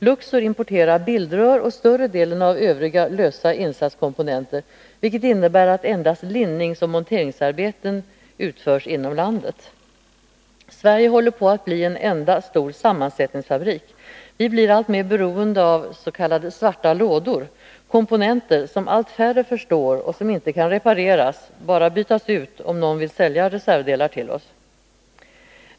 Luxor importerar bildrör och större delen av lösa insatskomponenter, vilket innebär att endast lindningsoch monteringsarbeten utförs inom landet. Sverige håller på att bli en enda stor sammansättningsfabrik. Vi blir alltmer beroende av s.k. ”svarta lådor”, komponenter som allt färre förstår och som inte kan repareras, bara bytas ut om någon vill sälja reservdelar till oss.